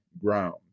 ground